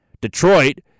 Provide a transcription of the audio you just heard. Detroit